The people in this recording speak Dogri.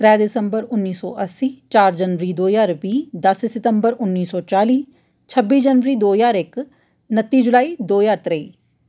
त्रै दिसम्बर उन्नी सौ अस्सी चार जनवरी दो ज्हार बीह् दस्स सितम्बर उन्नी सौ चाली छब्बी जनवरी दो ज्हार इक उत्ती जुलाई दो ज्हार त्रेई